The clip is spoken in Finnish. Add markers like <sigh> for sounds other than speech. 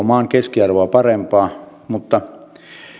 <unintelligible> maan keskiarvoa parempaa mutta